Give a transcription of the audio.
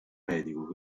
medico